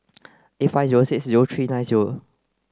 eight five zero six zero three nine zero